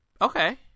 Okay